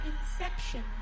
Inception